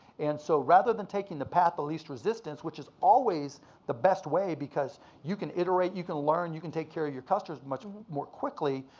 and so rather than taking the path of least resistance, which is always the best way because you can iterate, you can learn, you can take care of your customers much more quickly,